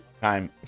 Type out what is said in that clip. Time